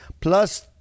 plus